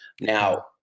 Now